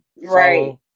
Right